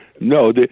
no